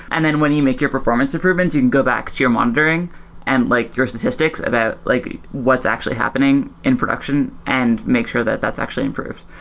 and then when you make your performance improvements, you can go back to your monitoring and like your statistics about like what's actually happening in production and make sure that that's actually improved.